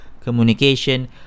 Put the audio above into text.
communication